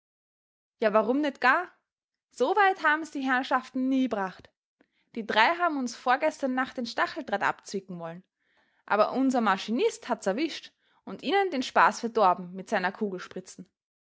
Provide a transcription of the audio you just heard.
ja warum net gar so weit hab'ns die herrschaften nie bracht die drei hab'n uns vorgestern nacht den stacheldraht abzwick'n wollen aber unser maschinist hat's erwischt und hat ihnen den spaß verdorb'n mit seiner